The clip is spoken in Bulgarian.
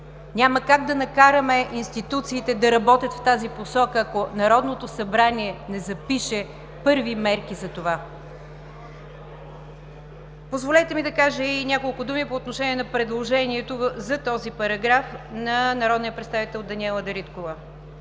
Няма как да накараме институциите да работят в тази посока, ако Народното събрание не запише първи мерки за това. Позволете ми да кажа и няколко думи по отношение на предложението за този параграф на народния представител Даниела Дариткова.